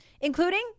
including